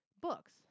books